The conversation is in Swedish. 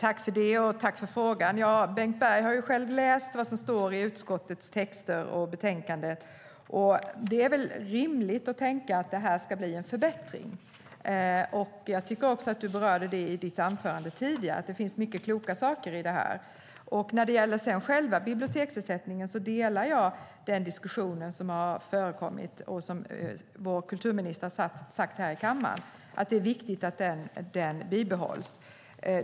Herr talman! Tack för frågan! Bengt Berg har själv läst vad som står i utskottets texter och i betänkandet. Det är väl rimligt att tänka sig att det här ska bli en förbättring. Jag tycker också att du berörde det i ditt anförande tidigare, att det finns mycket kloka saker i det här. När det gäller själva biblioteksersättningen delar jag det som sagts i den diskussion som har förekommit och det som vår kulturminister har sagt här i kammaren, att det är viktigt att den bibehålls.